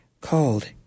called